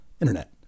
Internet